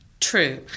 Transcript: True